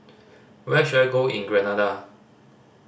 where should I go in Grenada